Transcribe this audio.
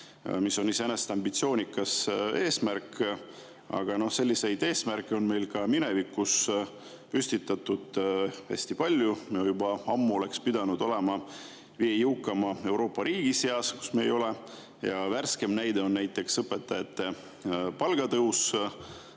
mis on iseenesest ambitsioonikas eesmärk. Aga selliseid eesmärke on meil ka minevikus püstitatud hästi palju. Me oleksime juba ammu pidanud olema viie jõukaima Euroopa riigi seas, aga me ei ole. Ja värskem näide on õpetajate palgatõus: